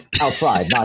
outside